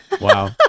wow